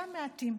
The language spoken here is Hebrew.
גם מעטים.